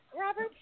robert